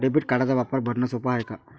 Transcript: Debit कार्डचा वापर भरनं सोप हाय का?